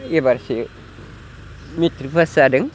एबारसो matric pass जादों